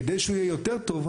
כדי שהוא יהיה יותר טוב,